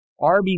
RB